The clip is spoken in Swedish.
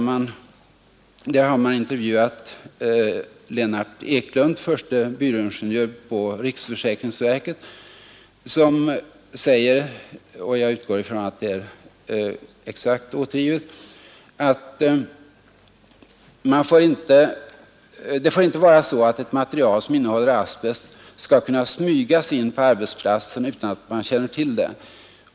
Man har intervjuat Lennart Eklund, förste byråingenjör på riksförsäkringsverket, som säger — och jag utgår ifrån att det är exakt återgivet: ”Det får inte heller vara så att ett material som innehåller asbest ska kunna ”smygas” in på arbetsplatsen utan att man känner till det.